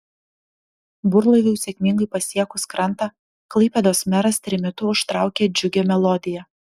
burlaiviui sėkmingai pasiekus krantą klaipėdos meras trimitu užtraukė džiugią melodiją